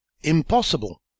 Impossible